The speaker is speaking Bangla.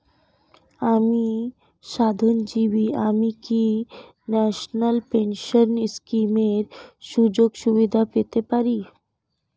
আমি স্বাধীনজীবী আমি কি ন্যাশনাল পেনশন স্কিমের সুযোগ সুবিধা পেতে পারি?